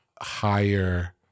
higher